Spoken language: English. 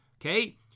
Okay